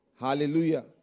Hallelujah